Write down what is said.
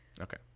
Okay